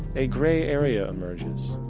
a grey area emerges.